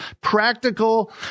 practical